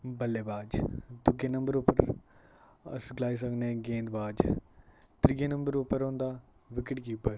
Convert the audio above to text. बल्लेबाज दूऐ नंबर उप्पर अस गलाई सकने गेंदबाज़ त्रियै नंबर उप्पर होंदा विकेटकीपर